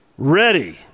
Ready